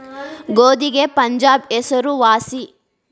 ಗೋಧಿಗೆ ಪಂಜಾಬ್ ಹೆಸರು ವಾಸಿ